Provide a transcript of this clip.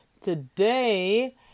Today